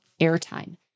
airtime